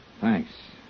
Thanks